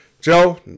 Joe